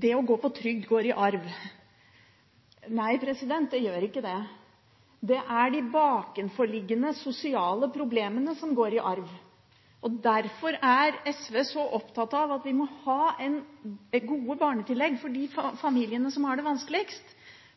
det å gå på trygd går i arv. Nei, det gjør ikke det. Det er de bakenforliggende sosiale problemene som går i arv. Derfor er SV så opptatt av at vi må ha gode barnetillegg for de familiene som har det vanskeligst,